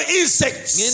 insects